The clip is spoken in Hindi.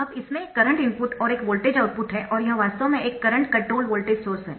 अब इसमें एक करंट इनपुट और एक वोल्टेज आउटपुट है और यह वास्तव में एक करंट कंट्रोल्ड वोल्टेज सोर्स है